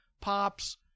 pops